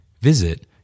Visit